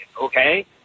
okay